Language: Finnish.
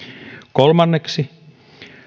kolmanneksi